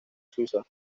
suiza